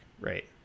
right